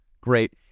great